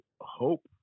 hope